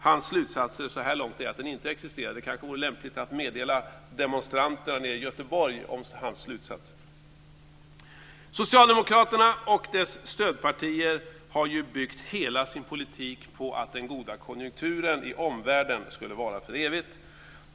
Hans slutsatser så här långt är att den inte existerar. Det kanske vore lämpligt att meddela demonstranterna nere i Göteborg om hans slutsatser. Socialdemokraterna och stödpartierna har byggt hela sin politik på att den goda konjunkturen i omvärlden skulle vara för evigt.